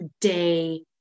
day